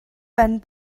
ben